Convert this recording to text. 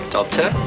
Doctor